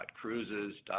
.cruises